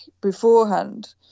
beforehand